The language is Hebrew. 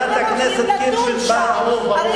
חברת הכנסת קירשנבאום, זה ברור.